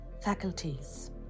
faculties